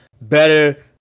better